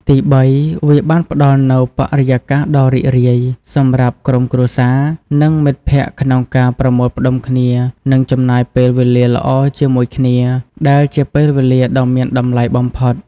ទីបី វាបានផ្តល់នូវ បរិយាកាសដ៏រីករាយ សម្រាប់ក្រុមគ្រួសារ និងមិត្តភក្តិក្នុងការប្រមូលផ្តុំគ្នានិងចំណាយពេលវេលាល្អជាមួយគ្នា ដែលជាពេលវេលាដ៏មានតម្លៃបំផុត។